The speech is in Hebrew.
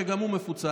שגם הוא מפוצל,